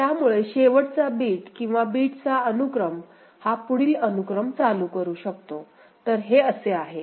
त्यामुळे शेवटचा बिट किंवा बिटचा अनुक्रम हा पुढील अनुक्रम चालू करू शकतो तर हे असे आहे